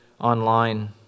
online